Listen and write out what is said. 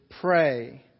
pray